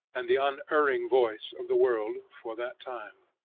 and the unerring voice of the world for that time.